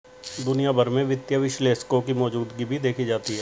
दुनिया भर में वित्तीय विश्लेषकों की मौजूदगी भी देखी जाती है